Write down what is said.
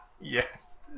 yes